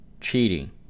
Cheating